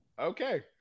Okay